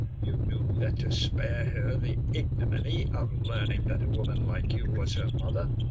you knew that to spare her the ignominy of learning that a woman like you was her mother,